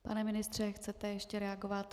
Pane ministře, chcete ještě reagovat?